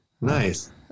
Nice